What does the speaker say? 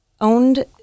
owned